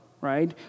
right